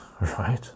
right